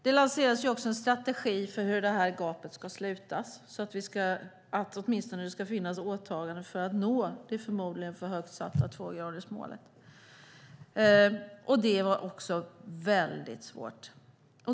Det lanserades en strategi för hur gapet ska slutas eller för att det åtminstone ska finnas åtaganden för att nå det förmodligen för högt satta tvågradersmålet. Det var också väldigt svårt.